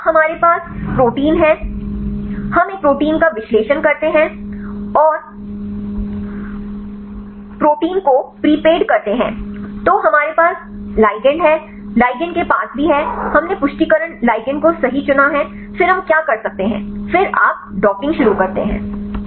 तो अब हमारे पास प्रोटीन है हम एक प्रोटीन का विश्लेषण करते हैं और प्रोटीन को प्रीपेड करते हैं तो हमारे पास लिगैंड है लिगैंड के पास भी है हमने पुष्टिकरण लिगैंड को सही चुना है फिर हम क्या कर सकते हैं फिर आप डॉकिंग शुरू करते हैं